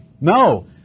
No